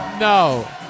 No